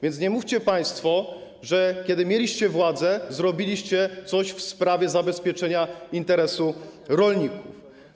Więc nie mówcie państwo, że kiedy mieliście władzę, zrobiliście coś w sprawie zabezpieczenia interesu rolników.